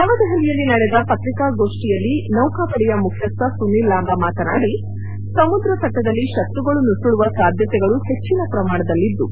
ನವದೆಹಲಿಯಲ್ಲಿ ನಡೆದ ಪತ್ರಿಕಾಗೋಷ್ಠಿಯಲ್ಲಿ ನೌಕಾಪಡೆಯ ಮುಖ್ಚಿಸ್ವ ಸುನಿಲ್ ಲಾಂಬ ಮಾತನಾಡಿ ಸಮುದ್ರ ತಟದಲ್ಲಿ ಶತ್ರುಗಳು ನುಸುಳುವ ಸಾಧ್ಯತೆಗಳು ಹೆಚ್ಚನ ಪ್ರಮಾಣದಲ್ಲಿದ್ದು